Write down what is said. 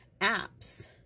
apps